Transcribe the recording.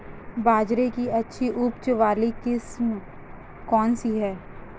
बाजरे की अच्छी उपज वाली किस्म कौनसी है?